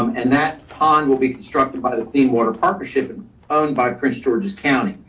um and that pond will be constructed by the theme water partnership owned by prince george's county.